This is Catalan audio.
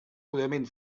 purament